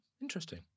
Interesting